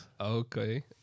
Okay